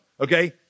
okay